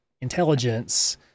intelligence